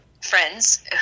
friends